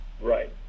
Right